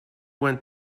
went